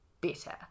better